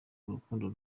urukundo